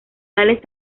tales